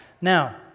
Now